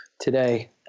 today